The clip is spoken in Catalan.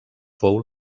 fou